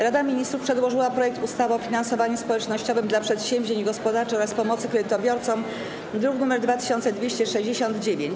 Rada Ministrów przedłożyła projekt ustawy o finansowaniu społecznościowym dla przedsięwzięć gospodarczych oraz pomocy kredytobiorcom, druk nr 2269.